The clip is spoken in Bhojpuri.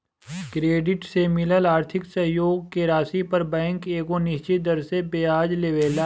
क्रेडिट से मिलल आर्थिक सहयोग के राशि पर बैंक एगो निश्चित दर से ब्याज लेवेला